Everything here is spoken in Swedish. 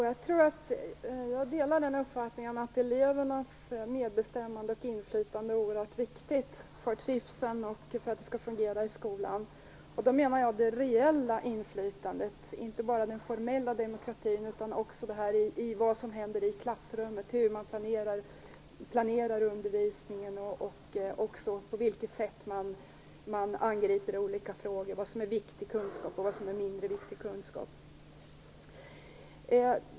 Herr talman! Jag delar uppfattningen att elevernas medbestämmande och inflytande är oerhört viktigt för trivseln och för att det skall fungera i skolan. Då menar jag det reella inflytande och inte bara den formella demokratin. Det handlar också om det som händer i klassrummet, hur man planerar undervisningen, på vilket sätt man angriper olika frågor, vad som är viktig kunskap och vad som är mindre viktig kunskap.